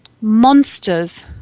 monsters